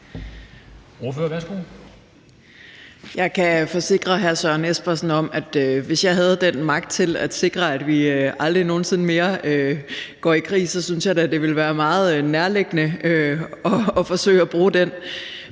Jeg kan forsikre hr. Søren Espersen om, at hvis jeg havde den magt til at sikre, at vi aldrig nogen sinde mere går i krig, synes jeg da, det ville være meget nærliggende at forsøge at bruge den.